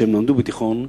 כשהם למדו בתיכון,